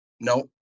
no